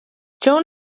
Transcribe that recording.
joan